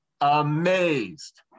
amazed